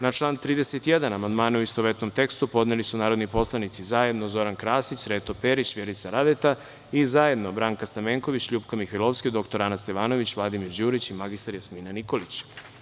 Na član 31. amandmane, u istovetnom tekstu, podneli su narodni poslanici zajedno Zoran Krasić, Sreto Perić, Vjerica Radeta i zajedno Branka Stamenković, LJupka Mihajlovska, dr Ana Stevanović, Vladimir Đurić i mr Jasmina Nikolić.